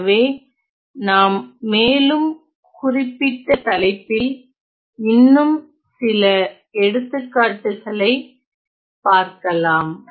எனவே நாம் மேலும் குறிப்பிட்ட தலைப்பில் இன்னும் சில எடுத்துக்காட்டுகளை பார்க்கலாம்